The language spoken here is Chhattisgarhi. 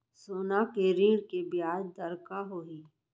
सोना के ऋण के ब्याज दर का होही?